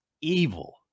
evil